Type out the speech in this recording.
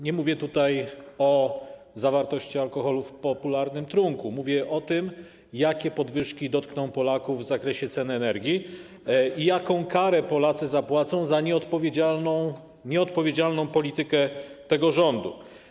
Nie mówię tutaj o zawartości alkoholu w popularnym trunku, mówię o tym, jakie podwyżki dotkną Polaków w zakresie cen energii i jaką karę Polacy zapłacą za nieodpowiedzialną politykę tego rządu.